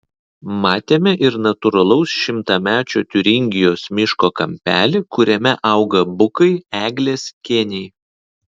matėme ir natūralaus šimtamečio tiuringijos miško kampelį kuriame auga bukai eglės kėniai